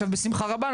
בשמחה רבה,